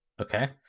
okay